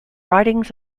writing